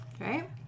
Right